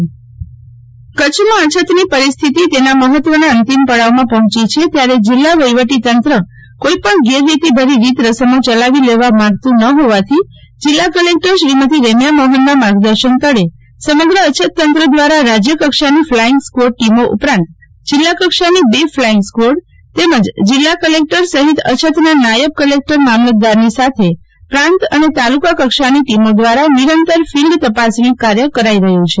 શીતલ વૈશ્નવ અછતતંત્ર દ્વારા ચકાસણી કચ્છ માં અછતની પરિસ્થિ તિ તેના મફત્વ નાં અંતિમ પડાવમાં પફોંચી છે ત્યામરે જિલ્લાપ વફીવટીતંત્ર દ્વારા કોઇપણગેરરીતિભરી રીતરસમો કે ચલાવી લેવા માંગતું ન જોવાથી જિલ્લાી કલેકટર શ્રીમતી રેમ્યાઇ મોફનના માર્ગદર્શન તળેસમગ્ર અછતતંત્ર દ્વારા રાજયકક્ષાની ફલાઇંગ સ્કકવોડ ટીમો ઉપરાંત જિલ્લાનકક્ષાની બે ફલાઇંગ સ્કછવોડ તેમજ જિલ્લાીકલેકટર સહિત અછતના નાયબ કલેકટર મામલતદારની સાથે પ્રાંત અને તાલુકાકક્ષાની ટીમો દ્વારા નિરંતર ફિલ્ડ તપાસણીકાર્ય કરાઇ રહ્યું છે